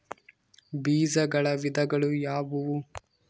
ಬೇಜಗಳ ವಿಧಗಳು ಯಾವುವು?